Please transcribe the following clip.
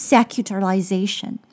Secularization